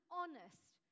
honest